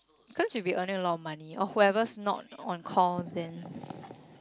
cause we'll be earning a lot of money or whoever's not on call then